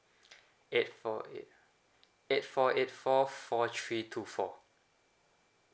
eight four eight eight four eight four four three two four